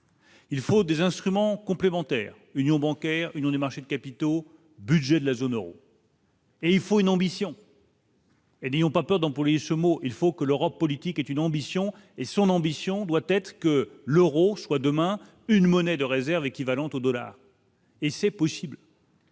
Il faut des instruments complémentaires, union bancaire union des marchés de capitaux, budget de la zone Euro. Et il faut une ambition. Elle y ont pas peur d'employer ce mot, il faut que l'Europe politique est une ambition et son ambition doit être que l'Euro soit demain une monnaie de réserve équivalente au dollar. Et c'est possible.